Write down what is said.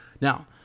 Now